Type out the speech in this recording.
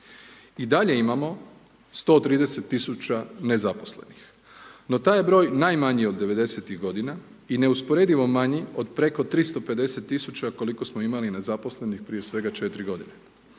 I dalje imamo 130 tisuća nezaposlenih, no taj je broj najmanji od '90. g. i neusporedivo manji od preko 350 tisuća koliko smo imali nezaposlenih prije svega 4g.